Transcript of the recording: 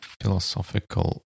philosophical